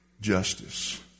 justice